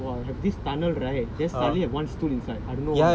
!wah! have this tunnel right then suddenly have one stool inside